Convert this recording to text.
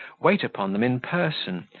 wait upon them in person,